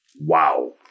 Wow